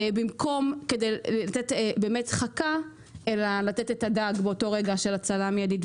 במקום לתת חכה לתת את הדג באותו רגע של הצלה מיידית.